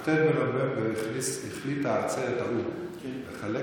בכ"ט בנובמבר החליטה עצרת האו"ם לחלק